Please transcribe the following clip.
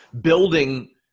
building